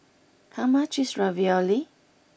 how much is Ravioli